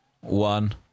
one